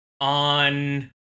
on